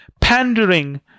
pandering